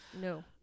no